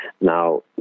Now